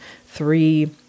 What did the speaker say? three